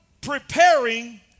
preparing